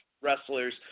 wrestlers